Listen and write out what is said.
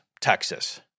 Texas